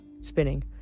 spinning